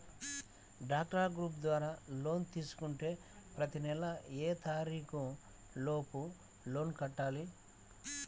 డ్వాక్రా గ్రూప్ ద్వారా లోన్ తీసుకుంటే ప్రతి నెల ఏ తారీకు లోపు లోన్ కట్టాలి?